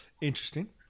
Interesting